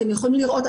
אתם יכולים לראות.